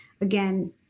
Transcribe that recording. again